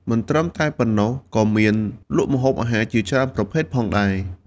មិនត្រឹមតែប៉ុណ្ណោះ ក៏មានលក់ម្ហូបអាហារជាច្រើនប្រភេទផងដែរ។